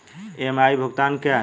EMI भुगतान क्या है?